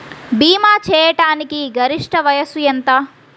భీమా చేయాటానికి గరిష్ట వయస్సు ఎంత?